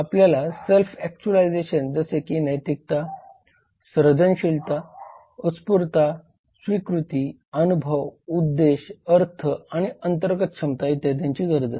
आपल्याला self actualisation जसे की नैतिकता सर्जनशीलता उत्स्फूर्तता स्वीकृती अनुभव उद्देश अर्थ आणि अंतर्गत क्षमता इत्यादींची गरज असते